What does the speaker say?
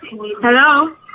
Hello